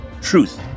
truth